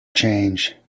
change